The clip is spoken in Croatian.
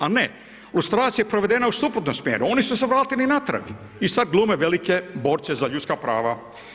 Ali ne, lustracija je provedena u suprotnom smjeru, oni su se vratili natrag i sad glume velike borce za ljudska prava.